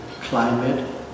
climate